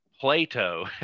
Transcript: plato